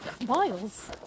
Miles